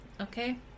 okay